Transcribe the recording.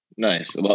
Nice